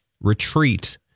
retreat